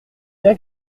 bien